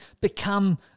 become